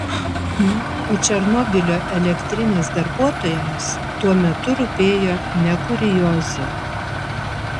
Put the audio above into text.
na o černobylio elektrinės darbuotojams tuo metu rūpėjo ne kuriozai